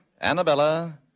Annabella